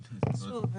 שוב,